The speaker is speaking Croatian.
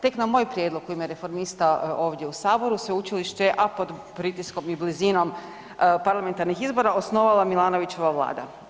Tek na moj prijedlog u ime reformista ovdje u saboru, sveučilište, a pod pritiskom i blizinom parlamentarnih izbora osnovala Milanovića vlada.